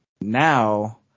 now